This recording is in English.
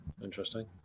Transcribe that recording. interesting